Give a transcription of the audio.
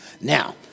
now